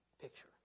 picture